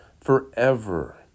forever